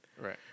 Right